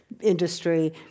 industry